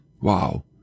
wow